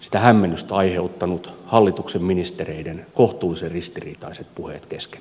sitä hämmennystä aiheuttaneet hallituksen ministereiden kohtuullisen ristiriitaiset puheet keskenään